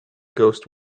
ghost